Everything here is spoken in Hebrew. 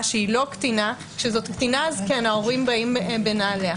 שהיא לא קטינה כשזו קטינה אז ההורים באים בנעליה,